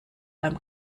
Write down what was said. beim